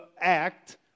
act